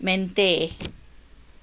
ಮೆಂತ್ಯ